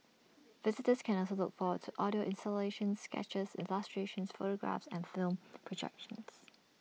visitors can also look forward to audio installations sketches illustrations photographs and film projections